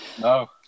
no